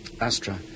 Astra